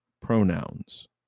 pronouns